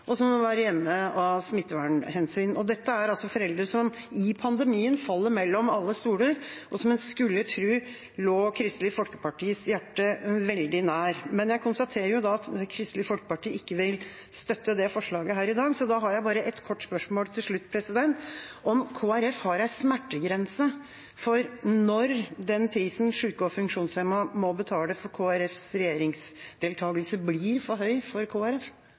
som må være hjemme av smittevernhensyn. Dette er altså foreldre som i pandemien faller mellom alle stoler, som en skulle tro lå Kristelig Folkepartis hjerte veldig nær. Men jeg konstaterer at Kristelig Folkeparti ikke vil støtte det forslaget her i dag, så da har jeg bare ett kort spørsmål til slutt: om Kristelig Folkeparti har en smertegrense for når den prisen syke og funksjonshemmede må betale for Kristelig Folkepartis regjeringsdeltakelse, blir for høy. Det vert eit hypotetisk spørsmål, for